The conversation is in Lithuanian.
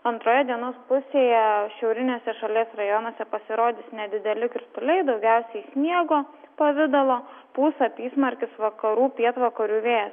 antroje dienos pusėje šiauriniuose šalies rajonuose pasirodis nedideli krituliai daugiausiai sniego pavidalo pūs apysmarkis vakarų pietvakarių vėjas